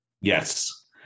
Yes